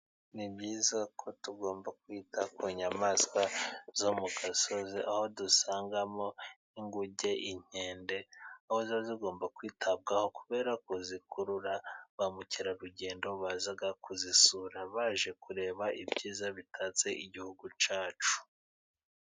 Ni byiza ko tugomba kwita ku nyamaswa zo mu gasozi, aho dusangamo: inguge, inkende aho ziba zigomba kwitabwaho kuberako zikurura, ba mukerarugendo baza kuzisura baje kureba ibyiza bitatse igihugu cyacu.